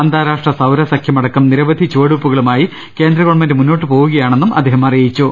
അന്താരാഷ്ട്ര സൌര സഖ്യമടക്കം നിരവധി ചുവടുവെപ്പുകളുമായി കേന്ദ്ര ഗവൺമെന്റ് മുന്നോട്ട് പോകുകയാണെന്ന് അദ്ദേഹം പറഞ്ഞു